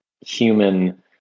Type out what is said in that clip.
human